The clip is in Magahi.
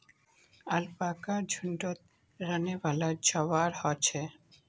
अलपाका झुण्डत रहनेवाला जंवार ह छे